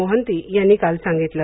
मोहंती यांनी काल सांगितलं